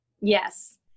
Yes